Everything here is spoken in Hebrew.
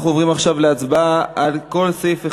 אנחנו עוברים עכשיו להצבעה על כל סעיף 1,